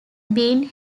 being